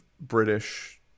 British